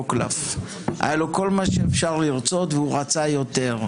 קלף / היה לו כל מה שאפשר לרצות והוא רצה יותר.